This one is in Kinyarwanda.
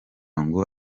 ngo